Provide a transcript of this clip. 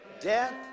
death